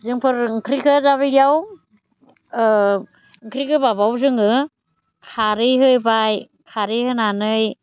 जोंफोर ओंख्रि गोबाबाव ओंख्रि गोबाबाव जोङो खारै होबाय खारै होनानै